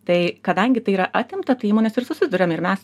tai kadangi tai yra atimta tai įmonės ir susiduriam ir mes